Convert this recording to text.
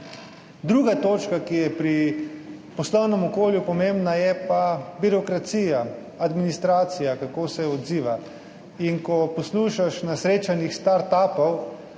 Druga točka, ki je pri poslovnem okolju pomembna, je pa birokracija, administracija, kako se odziva in ko poslušaš na srečanjih start upov,